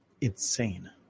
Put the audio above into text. insane